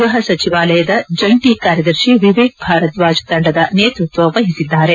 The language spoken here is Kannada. ಗ್ಬಹ ಸಚಿವಾಲಯದ ಜಂಟಿ ಕಾರ್ಯದರ್ಶಿ ವಿವೇಕ್ ಭಾರದ್ವಾಜ್ ತಂಡದ ನೇತೃತ್ವ ವಹಿಸಿದ್ದಾರೆ